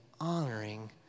honoring